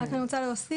רק אני רוצה להוסיף,